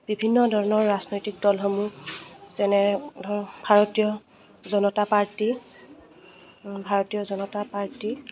বিভিন্ন ধৰণৰ ৰাজনৈতিক দলসমূহ যেনে ধৰক ভাৰতীয় জনতা পাৰ্টী ভাৰতীয় জনতা পাৰ্টী